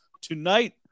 Tonight